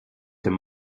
dem